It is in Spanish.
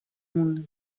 mundo